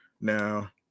now